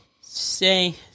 say